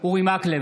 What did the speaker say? אורי מקלב,